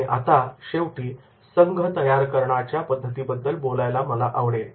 आणि आता शेवटी संघ तयार करण्याच्या पद्धतीबद्दल बोलायला मला आवडेल